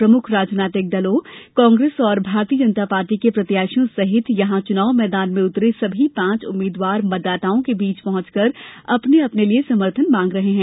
प्रमुख राजनैतिक दलों कांग्रेस और भारतीय जनता पार्टी के प्रत्याशियों सहित यहां चुनाव मैदान में उतरे सभी पांच उम्मीदवार मतदाताओं के बीच पहुंचकर अपने अपने लिए समर्थन मांग रहे हैं